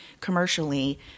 commercially